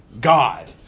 God